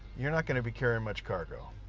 you're not going to be carrying much cargo